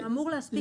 זה אמור להספיק.